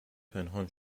پنهان